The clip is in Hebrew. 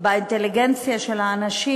באינטליגנציה של האנשים,